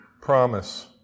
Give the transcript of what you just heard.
promise